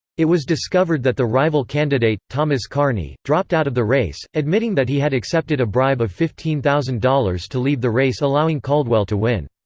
it was discovered that the rival candidate, thomas carney, dropped out of the race, admitting that he had accepted a bribe of fifteen thousand dollars to leave the race allowing caldwell to win.